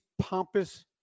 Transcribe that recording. pompous